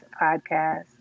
podcast